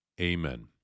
Amen